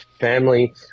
family